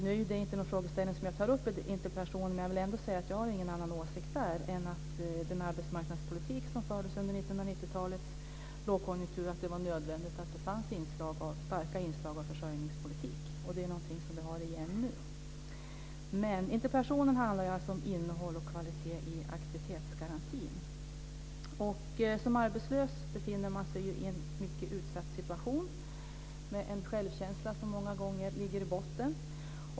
Nu är inte det någon frågeställning som jag tar upp i min interpellation, men jag vill säga att jag har ingen annan åsikt om den arbetsmarknadspolitik som fördes under 1990-talets lågkonjunktur än att det var nödvändigt att det fanns starka inslag av försörjningspolitik. Det är något som vi har igen nu. Interpellationen handlar alltså om innehåll och kvalitet i aktivitetsgarantin. Som arbetslös befinner man sig i en mycket utsatt situation med en självkänsla som många gånger ligger i botten.